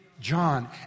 John